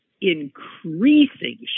increasing